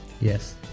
Yes